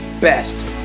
best